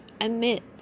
admit